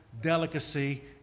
delicacy